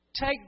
Take